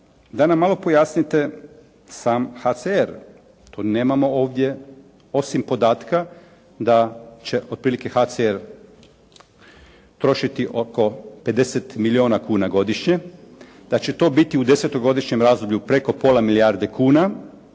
da nam malo pojasnite sam HCR. To nemamo ovdje osim podatka da će otprilike HCR trošiti oko 50 milijuna kuna godišnje, da će to biti u desetogodišnjem razdoblju preko pola milijarde kuna.